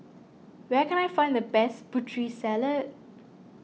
where can I find the best Putri Salad